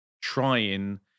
trying